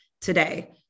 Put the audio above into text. today